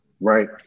right